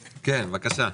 כן, בבקשה.